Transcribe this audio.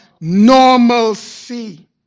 normalcy